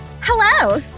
Hello